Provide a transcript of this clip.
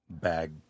bag